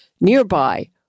nearby